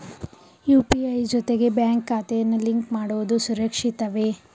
UPI ಜೊತೆಗೆ bank ಖಾತೆಯನ್ನು link ಮಾಡುವುದು ಸುರಕ್ಷಿತವೇ?